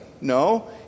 No